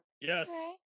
Yes